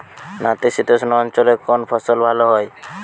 নাতিশীতোষ্ণ অঞ্চলে কোন ফসল ভালো হয়?